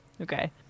Okay